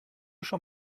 schon